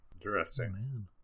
Interesting